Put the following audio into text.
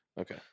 Okay